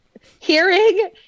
Hearing